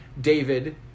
David